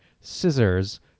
scissors